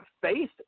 faith